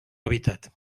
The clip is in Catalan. habitat